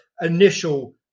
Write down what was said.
initial